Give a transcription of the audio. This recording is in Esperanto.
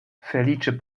feliĉe